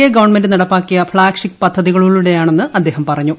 A government നടപ്പാക്കിയ flagship പദ്ധതികളിലൂടെയാണെന്ന് അദ്ദേഹം പറഞ്ഞു